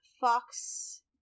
Fox